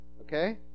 Okay